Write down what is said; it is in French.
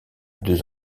deux